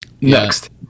Next